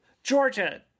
Georgia